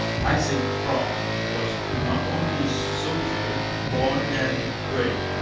isaac brock was not only a soldier born and bred,